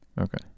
Okay